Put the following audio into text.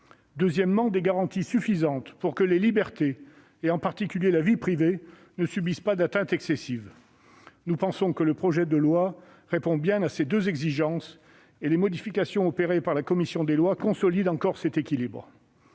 deuxièmement, des garanties suffisantes pour que les libertés, en particulier la vie privée, ne subissent pas d'atteinte excessive. Le projet de loi, nous semble-t-il, répond bien à ces deux exigences, et les modifications introduites par la commission des lois consolident encore cet équilibre.